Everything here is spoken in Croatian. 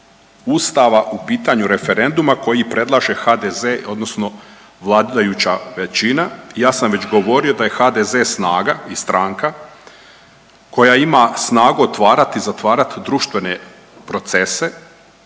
Ustava u pitanju referenduma koji predlaže HDZ odnosno vladajuća većina. Ja sam već govorio da je HDZ snaga i stranka koja ima snagu otvarati, zatvarati društvene procese